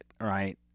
right